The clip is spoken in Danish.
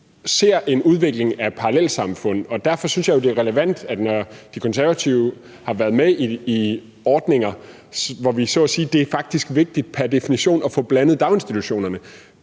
ser en udvikling af parallelsamfund, og derfor synes jeg jo, det er relevant, når De Konservative har været med i ordninger, hvor vi faktisk siger, at det er vigtigt pr. definition at få blandede daginstitutioner.